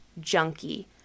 junkie